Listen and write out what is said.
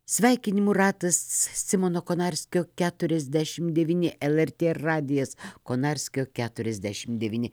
sveikinimų ratas simono konarskio keturiasdešimt devyni lrt radijas konarskio keturiasdešimt devyni